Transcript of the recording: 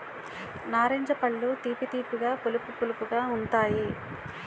నారింజ పళ్ళు తీపి తీపిగా పులుపు పులుపుగా ఉంతాయి